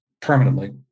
permanently